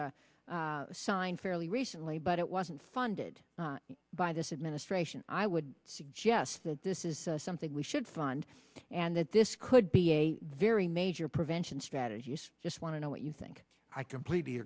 was signed fairly recently but it wasn't funded by this administration i would suggest that this is something we should fund and that this could be a very major prevention strategies just want to know what you think i completely